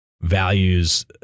values